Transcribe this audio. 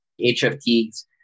HFTs